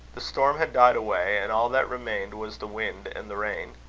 the storm had died away, and all that remained was the wind and the rain.